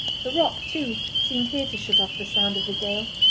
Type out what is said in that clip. the rock, too, seemed here to shut off the sound of the gale,